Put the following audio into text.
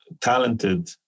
talented